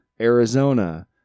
Arizona